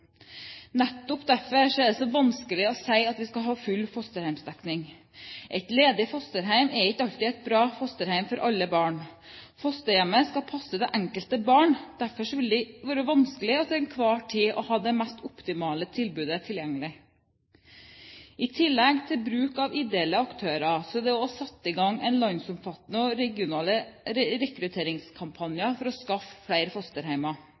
Nettopp derfor er det så vanskelig å si at vi skal ha full fosterhjemsdekning. Et ledig fosterhjem er ikke alltid et bra fosterhjem for alle barn. Fosterhjemmet skal passe det enkelte barn, og derfor vil det være vanskelig til enhver tid å ha det mest optimale tilbudet tilgjengelig. I tillegg til bruk av ideelle aktører er det også satt i gang en landsomfattende og regional rekrutteringskampanje for å skaffe flere